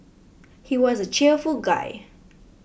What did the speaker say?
he was a cheerful guy